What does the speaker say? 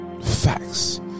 facts